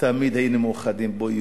תמיד היינו מאוחדים בו,